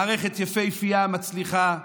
מערכת יפהפייה, מצליחה.